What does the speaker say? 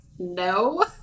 no